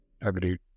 agreed